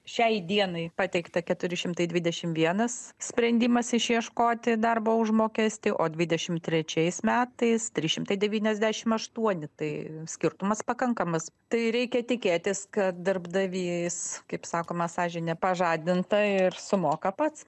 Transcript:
šiai dienai pateikta keturi šimtai dvidešim vienas sprendimas išieškoti darbo užmokestį o dvidešim trečiais metais trys šimtai devyniasdešim aštuoni tai skirtumas pakankamas tai reikia tikėtis kad darbdavys kaip sakoma sąžine pažadinta ir sumoka pats